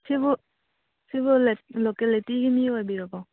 ꯁꯤꯕꯨ ꯁꯤꯕꯨ ꯂꯣꯀꯦꯂꯤꯇꯤꯒꯤ ꯃꯤ ꯑꯣꯏꯕꯤꯔꯕꯣ